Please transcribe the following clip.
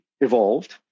evolved